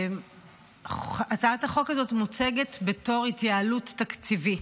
שהצעת החוק הזאת מוצגת בתור התייעלות תקציבית.